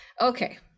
Okay